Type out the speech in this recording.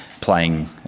playing